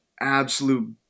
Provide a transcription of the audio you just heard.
absolute